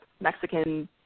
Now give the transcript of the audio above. Mexican